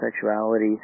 sexuality